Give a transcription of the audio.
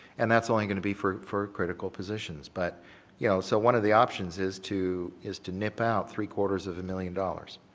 and that's only going to be for for critical positions. but you know, so one of the options is to is to nip out three quarters of a million dollars.